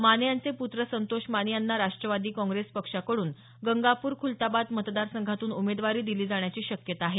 माने यांचे प्त्र संतोष माने यांना राष्ट्रवादी काँग्रेस पक्षाकडून गंगापूर खुलताबाद मतदारसंघातून उमेदवारी दिली जाण्याची शक्यता आहे